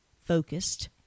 focused